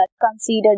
considered